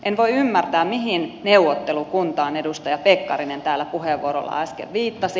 en voi ymmärtää mihin neuvottelukuntaan edustaja pekkarinen täällä puheenvuorolla äsken viittasi